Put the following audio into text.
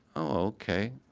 i okay.